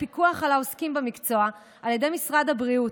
הפיקוח על העוסקים במקצוע על ידי משרד הבריאות,